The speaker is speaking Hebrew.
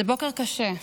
זה בוקר קשה,